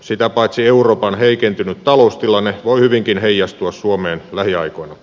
sitä paitsi euroopan heikentynyt taloustilanne voi hyvinkin heijastua suomeen lähiaikoina